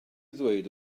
ddweud